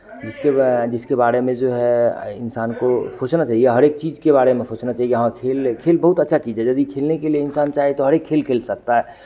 जिसे बा जिसके बारे में जो है इन्सान को सोचना चहिए हर एक चीज़ के बारे में सोचना हर एक चीज़ के बारे में सोचना चहिए कि हाँ खेल एक खेल बहुत अच्छा चीज़ है यदि खेलने के लिए इन्सान चाहे तो हर एक खेल खेल सकता है